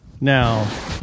Now